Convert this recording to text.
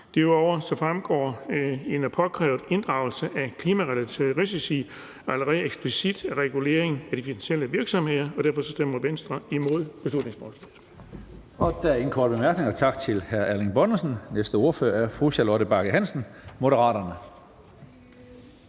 Derudover fremgår en påkrævet inddragelse af klimarelaterede risici allerede eksplicit i reguleringen af de digitale virksomheder, og derfor stemmer Venstre imod beslutningsforslaget